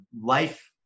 life